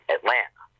Atlanta